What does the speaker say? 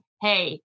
hey